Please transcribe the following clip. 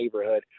neighborhood